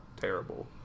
terrible